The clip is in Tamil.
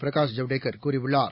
பிரகாஷ் ஜவ்டேகர் கூறியுள்ளார்